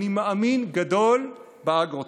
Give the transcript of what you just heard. אני מאמין גדול באגרוטק.